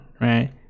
right